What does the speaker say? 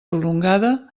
prolongada